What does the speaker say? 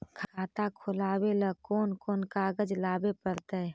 खाता खोलाबे ल कोन कोन कागज लाबे पड़तै?